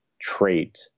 trait